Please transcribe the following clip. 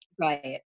Right